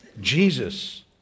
Jesus